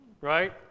right